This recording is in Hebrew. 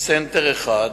"סנטר 1"